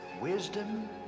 Wisdom